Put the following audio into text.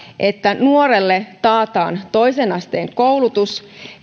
että nuorelle taataan toisen asteen koulutus